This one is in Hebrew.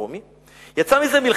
מה שאנחנו קוראים תיאולוגיה,